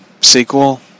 sequel